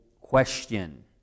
question